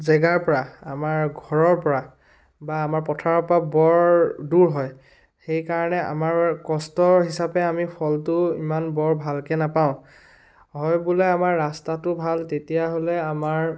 জেগাৰ পৰা আমাৰ ঘৰৰ পৰা বা আমাৰ পথাৰৰ পা বৰ দূৰ হয় সেইকাৰণে আমাৰ কষ্টৰ হিচাপে আমি ফলটো ইমান বৰ ভালকৈ নাপাওঁ হয় বোলে আমাৰ ৰাস্তাটো ভাল তেতিয়া হ'লে আমাৰ